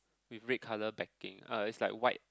with red colour backing uh it's like white